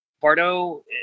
Bardo